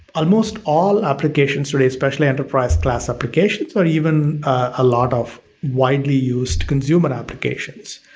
almost all applications today especially enterprise class applications or even a lot of widely used consumer applications,